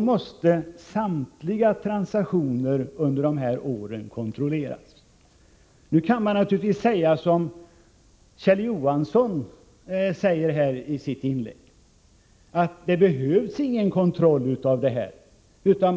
måste samtliga transaktioner under de aktuella åren kontrolleras. Naturligtvis kan man, i likhet med vad Kjell Johansson gjorde i sitt inlägg nyss, säga att det inte behövs någon kontroll i detta avseende.